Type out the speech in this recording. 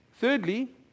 Thirdly